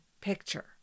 picture